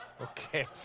okay